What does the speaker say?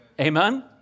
Amen